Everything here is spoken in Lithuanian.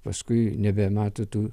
paskui nebemato tų